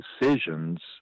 decisions